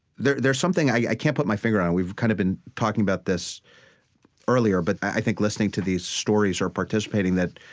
there's there's something i can't put my finger on. and we've kind of been talking about this earlier, but i think listening to these stories or participating, that,